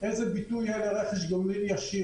איזה ביטוי יהיה לרכש גומלין ישיר?